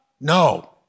No